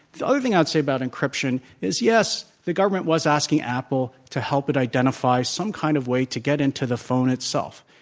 the other thing i would say about encryption is, yes, the government was asking apple to help it identify some kind of way to get into the phone itself,